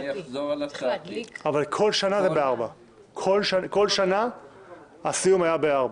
בכל שנה הסיום היה ב-16.